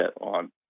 on